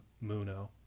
Muno